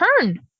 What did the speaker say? turn